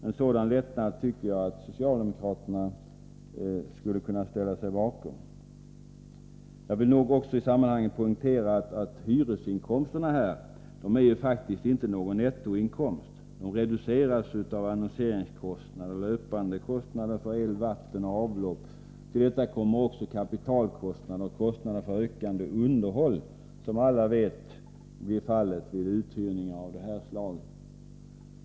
En sådan lättnad tycker jag att socialdemokraterna skulle kunna ställa sig bakom. Jag vill här också poängtera att hyresinkomsterna faktiskt inte är någon nettoinkomst. De reduceras av annonseringskostnader och av löpande utgifter för el, vatten och avlopp. Till detta kommer också kapitalkostnader och utgifter för det ökande underhåll som alla vet blir fallet vid uthyrningar av det här slaget.